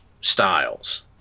Styles